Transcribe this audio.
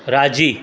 राज़ी